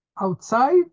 Outside